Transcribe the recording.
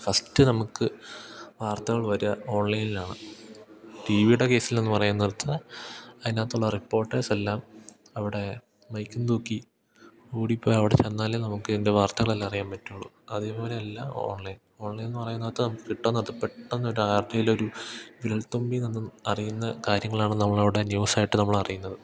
first നമുക്ക് വാർത്തകൾ വരിക ഓൺലൈനിലാണ് ടി വിയുടെ കേസിൽ എന്നു പറയുന്നിടത്ത് അതിനകത്തുള്ള റിപ്പോർട്ടേഴ്സ് എല്ലാം അവിടെ മൈക്കും തൂക്കി ഓടിപ്പോയി അവിടെ ചെന്നാലേ നമുക്ക് ഇതിൻ്റെ വാർത്തകളെല്ലാം അറിയാൻ പറ്റുകയുള്ളൂ അതേ പോലെയല്ല ഓൺലൈൻ ഓൺലൈനെന്നു പറയുന്നതിനകത്ത് കിട്ടുന്നത് പെട്ടെന്നൊരു ആരുടെയെങ്കിലൊരു വിരൽത്തുമ്പിൽ നിന്നും അറിയുന്ന കാര്യങ്ങളാണ് നമ്മളവിടെ ന്യൂസായിട്ട് നമ്മളറിയുന്നത്